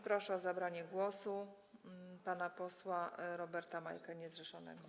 Proszę o zabranie głosu pana posła Roberta Majkę, niezrzeszonego.